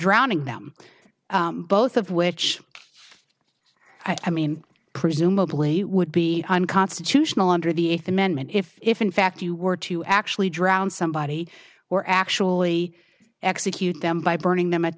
drowning them both of which i mean presumably would be unconstitutional under the eighth amendment if if in fact you were to actually drown somebody or actually execute them by burning them at